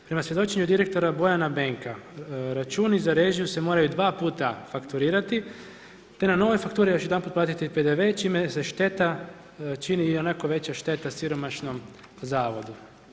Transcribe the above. Prema svjedočenju direktora Bojana Benka, računi za režije se moraju dvaputa fakturirati te na novoj fakturi još jedanput platiti PDV čime se šteta čini ionako veća šteta siromašnom zavodu.